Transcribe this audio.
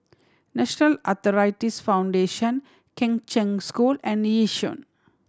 National Arthritis Foundation Kheng Cheng School and Yishun